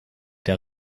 der